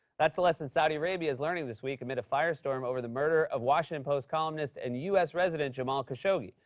that's the lesson saudi arabia's learning this week amid a firestorm over the murder of washington post columnist and u s. resident jamal khashoggi.